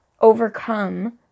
overcome